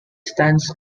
stands